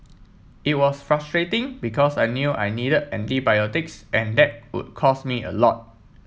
it was frustrating because I knew I needed antibiotics and that would cost me a lot